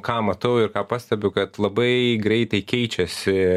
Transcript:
ką matau ir ką pastebiu kad labai greitai keičiasi